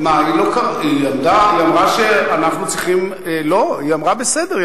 היא אמרה שאנחנו צריכים, לא, היא אמרה בסדר.